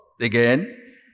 again